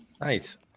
Nice